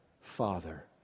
father